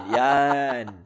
yan